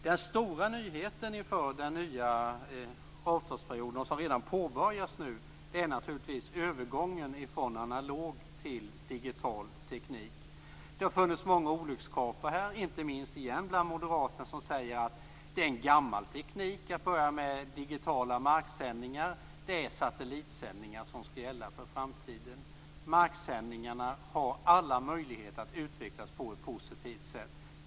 och som redan har påbörjats - är övergången från analog till digital teknik. Det har funnits många olyckskorpar - inte minst bland Moderaterna - som har sagt att det är fråga om gammal teknik med digitala marksändningar. Det är satellitsändningar som skall gälla för framtiden. Marksändningarna har alla möjligheter att utvecklas på ett positivt sätt.